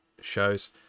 shows